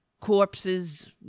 Corpses